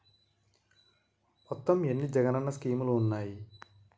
మొత్తం ఎన్ని జగనన్న స్కీమ్స్ ఉన్నాయి?